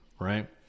Right